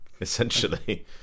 essentially